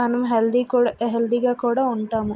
మనం హెల్దీ కూడా హెల్తీగా కూడా ఉంటాము